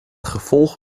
gevolg